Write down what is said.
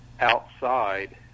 outside